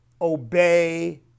obey